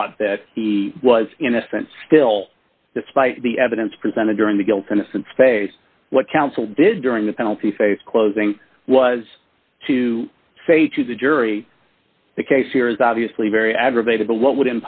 thought that he was innocent still despite the evidence presented during the guilt innocence phase what counsel did during the penalty phase closing was to say to the jury the case here is obviously very aggravated but what would